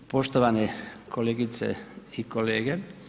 Poštovane kolegice i kolege.